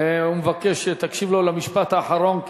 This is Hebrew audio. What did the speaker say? הוא מבקש שתקשיב למשפט האחרון,